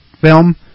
film